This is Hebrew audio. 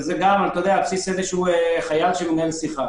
וזה גם על בסיס חיל שמנהל שיחה.